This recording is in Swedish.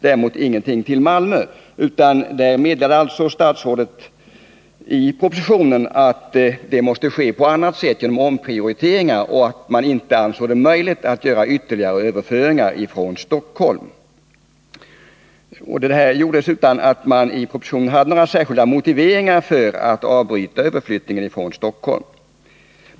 Däremot överfördes inga platser till Malmö, utan statsrådet meddelade i budgetpropositionen att förstärkningen där måste ske på annat sätt — genom omprioriteringar — och att han inte ansåg det möjligt att göra ytterligare överföringar från Stockholm. Detta gjordes utan att det i propositionen fanns några särskilda motiveringar för att avbryta överflyttningen från Stockholm.